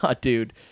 Dude